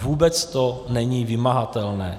Vůbec to není vymahatelné.